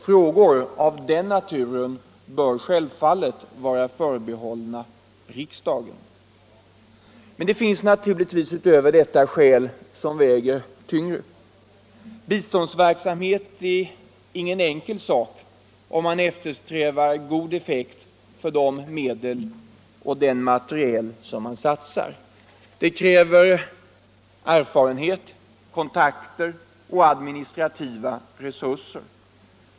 Frågor av den naturen bör självfallet vara förbehållna riksdagen. Men det finns naturligtvis förutom detta andra skäl som väger tyngre. Biståndsverksamhet är ingen enkel sak, om man eftersträvar god effekt av de medel och den materiel som man satsar. Det krävs erfarenhet, kontakter och administrativa resurser.